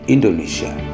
Indonesia